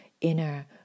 inner